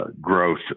growth